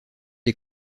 des